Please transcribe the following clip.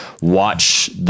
watch